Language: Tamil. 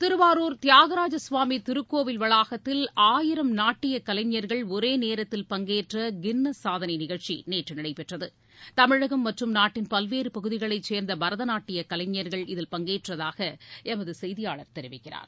திருவாரூர் தியாகராஜ ஸ்வாமி திருக்கோயில் வளாகத்தில் ஆயிரம் நாட்டியக் கலைஞர்கள் ஒரே நேரத்தில் பங்கேற்ற கின்னஸ் சாதனை நிகழ்ச்சி நேற்று நடைபெற்றது தமிழகம் மற்றும் நாட்டின் பல்வேறு பகுதிகளைச் சேர்ந்த பரதநாட்டியக் கலைஞர்கள் இதில் பங்கேற்றதாக எமது செய்தியாளர் தெரிவித்தார்